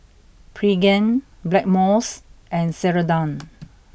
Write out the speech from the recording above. Pregain Blackmores and Ceradan